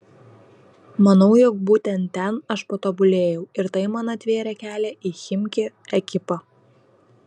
manau jog būtent ten aš patobulėjau ir tai man atvėrė kelią į chimki ekipą